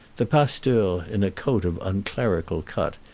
the pasteur, in a coat of unclerical cut,